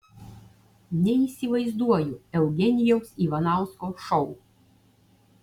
neįsivaizduoju eugenijaus ivanausko šou